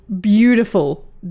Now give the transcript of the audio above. beautiful